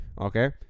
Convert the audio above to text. Okay